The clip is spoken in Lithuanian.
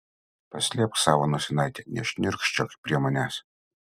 paslėpk savo nosinaitę nešniurkščiok prie manęs